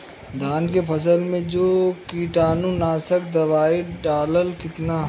धान के फसल मे जो कीटानु नाशक दवाई डालब कितना?